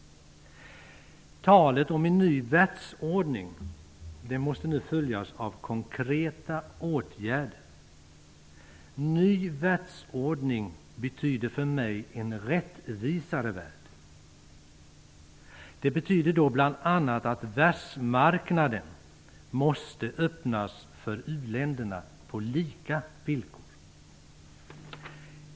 Talet om en ny världsordning måste nu följas av konkreta åtgärder. En ny världsordning betyder för mig en rättvisare värld. Det betyder bl.a. att världsmarknaden måste öppnas för u-länderna på lika villkor.